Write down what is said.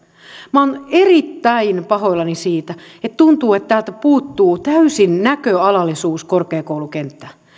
minä olen erittäin pahoillani siitä että tuntuu että täältä puuttuu täysin näköalallisuus korkeakoulukenttään